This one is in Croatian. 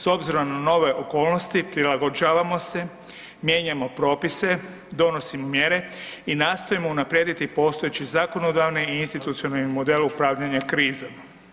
S obzirom na nove okolnosti, prilagođavamo se, mijenjamo propise, donosimo mjere i nastojimo unaprijediti postojeće zakonodavne i institucionalne modele upravljanja krizom.